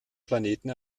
planeten